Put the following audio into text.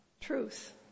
truth